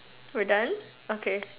we're done okay